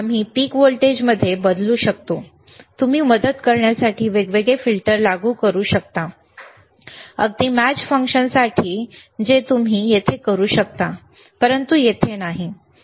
आम्ही पीक व्होल्टेजमध्ये बदलू शकतो तुम्ही मदत करण्यासाठी वेगवेगळे फिल्टर लागू करू शकता अगदी मॅच फंक्शनसाठी जे तुम्ही येथे करू शकता परंतु येथे नाही